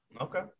Okay